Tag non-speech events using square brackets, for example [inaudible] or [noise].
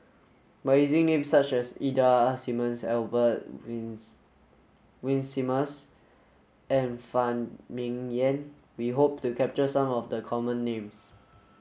by using names such as Ida Simmons Albert [unintelligible] Winsemius and Phan Ming Yen we hope to capture some of the common names